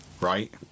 right